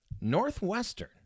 Northwestern